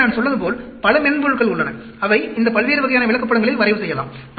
எனவே நான் சொன்னது போல் பல மென்பொருட்கள் உள்ளன அவை இந்த பல்வேறு வகையான விளக்கப்படங்களை வரைவு செய்யலாம்